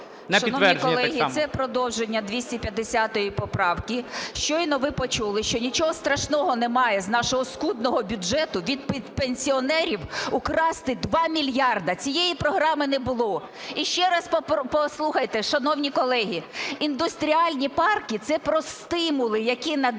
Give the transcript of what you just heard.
Шановні колеги, це продовження 250 поправки. Щойно ви почули, що нічого страшного немає – з нашого скудного бюджету від пенсіонерів украсти 2 мільярди. Цієї програми не було. І ще раз послухайте, шановні колеги, індустріальні парки – це про стимули, які надає